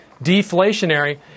deflationary